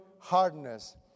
hardness